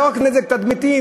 לא רק נזק תדמיתי,